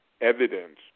evidence